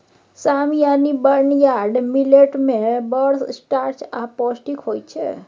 साम यानी barnyard millet मे बड़ स्टार्च आ पौष्टिक होइ छै